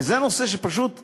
וזה נושא שפשוט צריך,